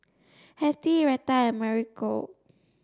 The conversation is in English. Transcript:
Hattie Reta and Mauricio